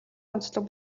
онцлог